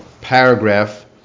paragraph